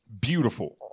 beautiful